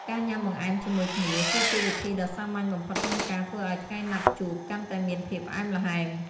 ការញ៉ាំបង្អែមជាមួយគ្នាគឺជាវិធីដ៏សាមញ្ញបំផុតក្នុងការធ្វើឱ្យថ្ងៃណាត់ជួបកាន់តែមានភាពផ្អែមល្ហែម។